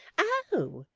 oh!